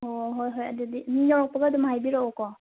ꯑꯣ ꯍꯣꯏ ꯍꯣꯏ ꯑꯗꯨꯗꯤ ꯑꯗꯨꯝ ꯌꯧꯔꯛꯄꯒ ꯑꯗꯨꯝ ꯍꯥꯏꯕꯤꯔꯛꯑꯣꯀꯣ